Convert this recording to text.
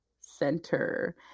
Center